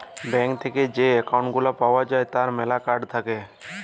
bank থেক্যে যে account গুলা পাওয়া যায় তার ম্যালা কার্ড থাক্যে